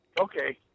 okay